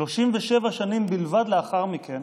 37 שנים בלבד לאחר מכן